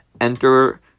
enter